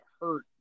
hurt